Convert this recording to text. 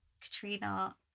Katrina